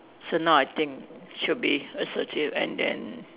so now I think should be assertive and then